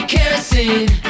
Kerosene